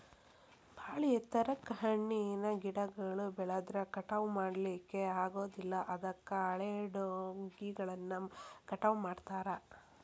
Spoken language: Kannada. ಬಾಳ ಎತ್ತರಕ್ಕ್ ಹಣ್ಣಿನ ಗಿಡಗಳು ಬೆಳದ್ರ ಕಟಾವಾ ಮಾಡ್ಲಿಕ್ಕೆ ಆಗೋದಿಲ್ಲ ಅದಕ್ಕ ಹಳೆಟೊಂಗಿಗಳನ್ನ ಕಟಾವ್ ಮಾಡ್ತಾರ